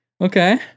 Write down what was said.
okay